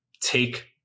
take